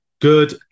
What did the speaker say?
good